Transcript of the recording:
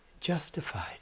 justified